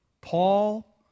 Paul